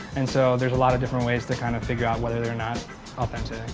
and so there's a lot of different ways to kind of figure out whether they're not authentic.